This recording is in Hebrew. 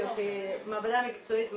מעבדה מקצועית מאוד,